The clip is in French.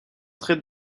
traite